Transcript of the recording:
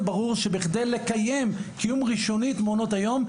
ברור שבכדי לקיים קיום ראשוני את מעונות היום,